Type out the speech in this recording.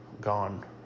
gone